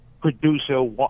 producer